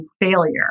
failure